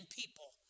people